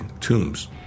tombs